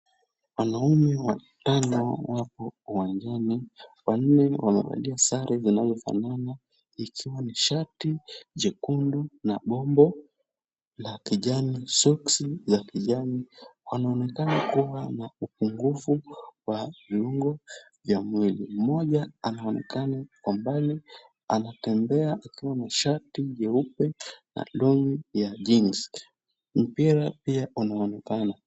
Wanaume watano wapo uwanjani. Wainne wamevalia sare za rangi zinazofanana. Ikiwa ni shati jekundu na bombo la kijani, soksi za kijani. Anaonekana kuwa na upungufu wa nguvu ya mwili. Mmoja anaonekana kwa mbali. Anatembea akiwa na shati jeupe na long'i ya jeans . Mpira pia unaonekana.